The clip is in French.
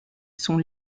sont